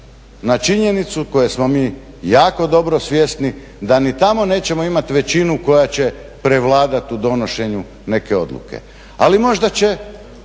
na činjenicu koje smo mi jako dobro svjesni da ni tamo nećemo imati većinu koja će prevladati u donošenju neke odluke. Ali možda će